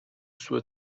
سوء